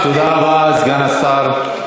תודה רבה, סגן השר.